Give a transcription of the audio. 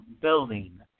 building